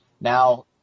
Now